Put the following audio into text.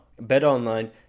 Betonline